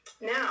Now